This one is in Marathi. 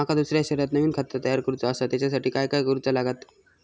माका दुसऱ्या शहरात नवीन खाता तयार करूचा असा त्याच्यासाठी काय काय करू चा लागात?